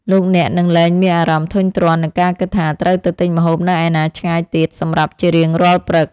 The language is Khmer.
លោកអ្នកនឹងលែងមានអារម្មណ៍ធុញទ្រាន់នឹងការគិតថាត្រូវទៅទិញម្ហូបនៅឯណាឆ្ងាយទៀតសម្រាប់ជារៀងរាល់ព្រឹក។